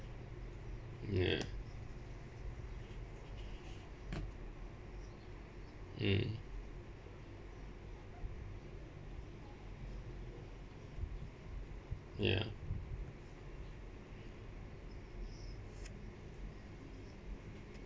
ya mm ya